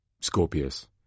Scorpius